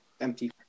empty